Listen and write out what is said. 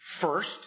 First